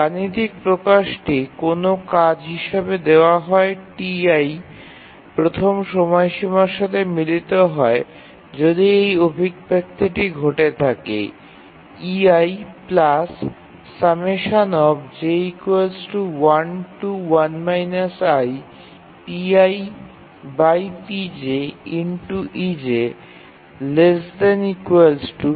গাণিতিক প্রকাশটি কোনও কাজ হিসাবে দেওয়া হয় Ti প্রথম সময়সীমার সাথে মিলিত হয় যদি এই অভিবাক্তিটি ঘটে থাকে ≤ pi